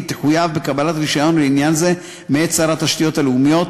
תחויב בקבלת רישיון לעניין זה מאת שר התשתיות הלאומיות,